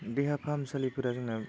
देहा फाहामसालिफोरा जोंना